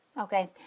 Okay